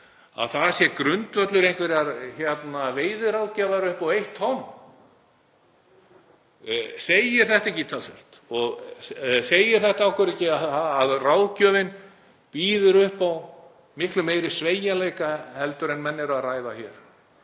það sé grundvöllur einhverrar veiðiráðgjafar upp á eitt tonn. Segir þetta ekki talsvert? Segir þetta okkur ekki að ráðgjöfin býður upp á miklu meiri sveigjanleika en menn eru að ræða hér?